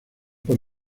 por